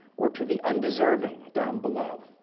or to the undeserving down below.